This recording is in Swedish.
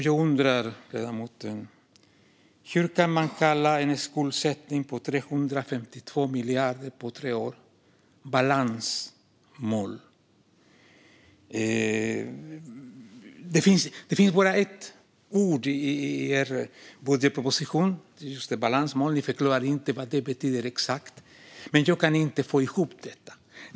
Jag undrar, ledamoten, hur man kan kalla en skuldsättning på 352 miljarder på tre år för ett balansmål. Det är ett ord i er budgetmotion - balansmål. Ni förklarar inte exakt vad det betyder. Jag kan inte få ihop detta.